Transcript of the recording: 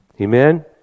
Amen